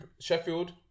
Sheffield